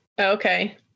okay